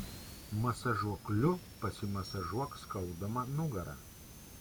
masažuokliu pasimasažuok skaudamą nugarą